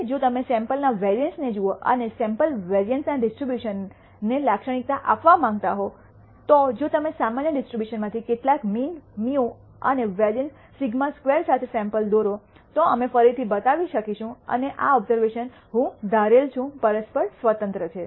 હવે જો તમે સૈમ્પલના વેરિઅન્સને જુઓ અને સૈમ્પલ વેરિઅન્સના ડિસ્ટ્રીબ્યુશન ને લાક્ષણિકતા આપવા માંગતા હો તો જો તમે સામાન્ય ડિસ્ટ્રીબ્યુશનમાંથી કેટલાક મીન μ અને વેરિઅન્સ σ2 સાથે સૈમ્પલ દોરો તો અમે ફરીથી બતાવી શકીશું અને આ ઓબઝર્વેશન્સ હું ધારેલ છું પરસ્પર સ્વતંત્ર છે